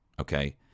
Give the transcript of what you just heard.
okay